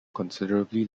considerably